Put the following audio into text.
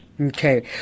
Okay